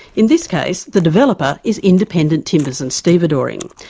in this case, the developer is independent timbers and stevedoring.